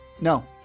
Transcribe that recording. No